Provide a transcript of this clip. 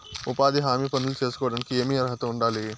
ఉపాధి హామీ పనులు సేసుకోవడానికి ఏమి అర్హత ఉండాలి?